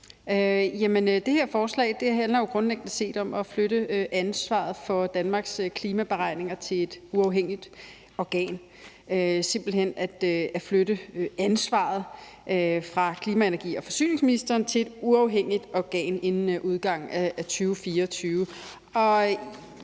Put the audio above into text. Det her forslag handler jo grundlæggende set om at flytte ansvaret for Danmarks klimaberegninger til et uafhængigt organ, simpelt hen om at flytte ansvaret fra klima-, energi- og forsyningsministeren til et uafhængigt organ inden udgangen af 2024.